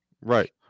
Right